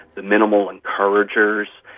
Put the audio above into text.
the minimal encouragers,